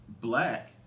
black